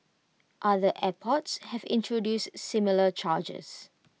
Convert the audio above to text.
other airports have introduced similar charges